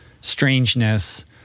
strangeness